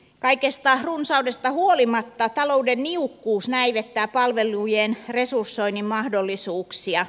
kaikesta runsaudesta huolimatta talouden niukkuus näivettää palvelujen resursoinnin mahdollisuuksia